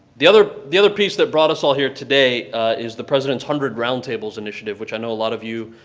the other the other piece that brought us all here today is the president's one hundred roundtables initiative, which i know a lot of you,